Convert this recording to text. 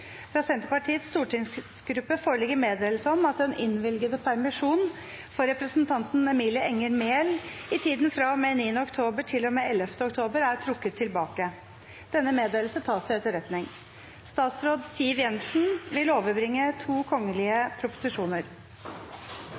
Fra Senterpartiets stortingsgruppe foreligger meddelelse om at den innvilgede permisjon for representanten Emilie Enger Mehl i tiden fra og med 9. oktober til og med 11. oktober, er trukket tilbake. – Meddelelsen tas til etterretning.